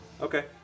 Okay